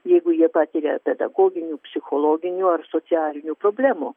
jeigu jie patiria pedagoginių psichologinių ar socialinių problemų